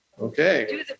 Okay